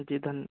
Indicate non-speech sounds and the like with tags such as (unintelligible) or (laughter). जी (unintelligible)